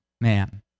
man